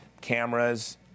cameras